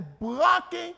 blocking